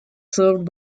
served